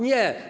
Nie.